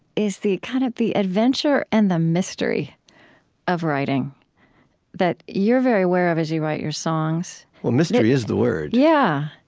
is the kind of the adventure and the mystery of writing that you're very aware of as you write your songs well, mystery is the word yeah.